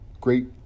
great